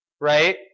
right